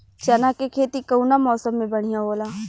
चना के खेती कउना मौसम मे बढ़ियां होला?